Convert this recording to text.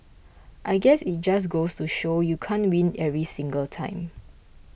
I guess it just goes to show you can't win every single time